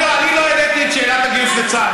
אני לא העליתי את שאלת הגיוס לצה"ל.